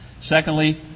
secondly